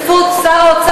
את